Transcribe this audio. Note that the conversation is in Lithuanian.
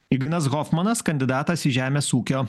ignas hofmanas kandidatas į žemės ūkio